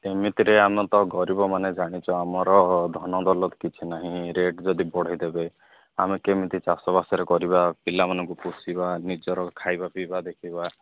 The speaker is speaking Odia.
ଏମିତିରେ ଆମେ ତ ଗରିବମାନେ ଜାଣିଛୁ ଆମର ଧନ ଦୌଲତ କିଛି ନାହିଁ ରେଟ୍ ଯଦି ବଢ଼େଇ ଦେବେ ଆମେ କେମିତି ଚାଷ ବାସରେ କରିବା ପିଲାମାନଙ୍କୁ ପୋଷିବା ନିଜର ଖାଇବା ପିଇବା ଦେଖିବା